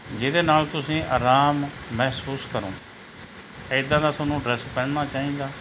ਜਿਹਦੇ ਨਾਲ ਤੁਸੀਂ ਆਰਾਮ ਮਹਿਸੂਸ ਕਰੋ ਇੱਦਾਂ ਦਾ ਤੁਹਾਨੂੰ ਡਰੈਸ ਪਹਿਨਣਾ ਚਾਹੀਦਾ